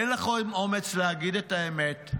אין לכם אומץ להגיד את האמת.